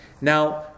Now